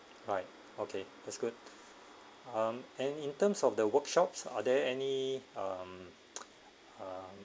alright okay that's good um and in terms of the workshops are there any um uh